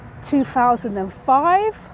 2005